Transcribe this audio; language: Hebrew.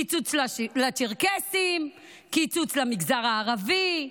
קיצוץ לצ'רקסיים, קיצוץ למגזר הערבי,